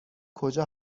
کجا